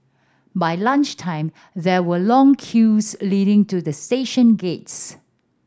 by lunch time there were long queues leading to the station gates